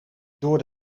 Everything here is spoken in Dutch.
door